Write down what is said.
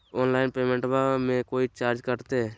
Online पेमेंटबां मे कोइ चार्ज कटते?